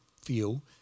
feel